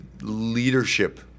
leadership